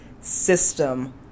system